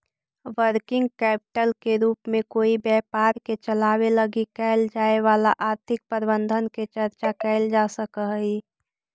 working capital के रूप में कोई व्यापार के चलावे लगी कैल जाए वाला आर्थिक प्रबंधन के चर्चा कैल जा सकऽ हई